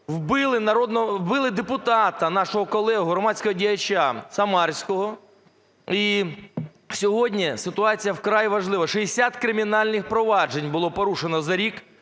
вбили депутата нашого колегу - громадського діяча Самарського. І сьогодні ситуація вкрай важлива. 60 кримінальних проваджень було порушено за рік,